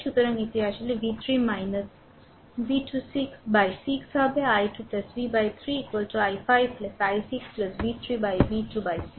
সুতরাং এটি আসলে v3 v2 6 বাই 6 হবে i 2 v 3 i5 i6 v3 v2 by 6